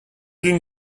d’une